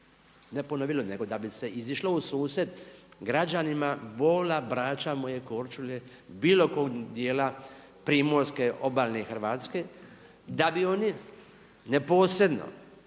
ne ponovilo nego da bi se izišlo u susret građanima Bola, Brača, moje Korčule, bilo kog dijela primorske obalne Hrvatske, da bi oni neposredno